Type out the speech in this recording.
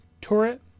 turret